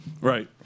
Right